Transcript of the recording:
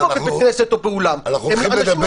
הכול חלק